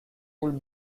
would